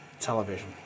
television